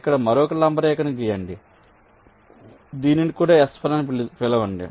ఇక్కడ మరొక లంబ రేఖను గీయండి దీనిని కూడా S1 అని పిలవండి